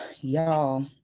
y'all